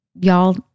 y'all